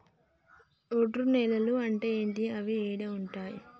ఒండ్రు నేలలు అంటే ఏంటి? అవి ఏడ ఉంటాయి?